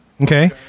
okay